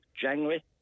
January